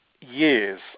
years